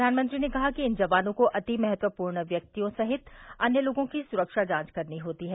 प्रधानमंत्री ने कहा कि इन जवानों को अति महत्वपूर्ण व्यक्तियों सहित अन्य लोगों की सुरक्षा जांच करनी होती है